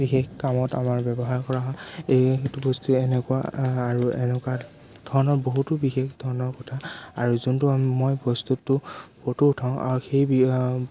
বিশেষ কামত আমাৰ ব্যৱহাৰ কৰা হয় এই সেইটো বস্তু এনেকুৱা আৰু এনেকুৱা ধৰণৰ বহুতো বিশেষ ধৰণৰ কথা আৰু যোনটো মই বস্তুটো ফটো উঠাও আৰু সেই